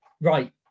right